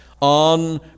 on